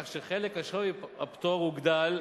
כך שחלק השווי הפטור הוגדל